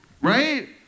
Right